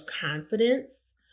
confidence